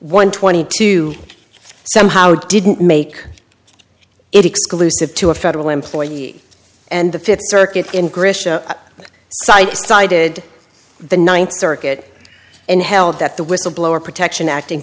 one twenty two somehow didn't make it exclusive to a federal employee and the fifth circuit in grisha cited cited the ninth circuit and held that the whistleblower protection act in